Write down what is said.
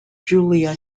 julia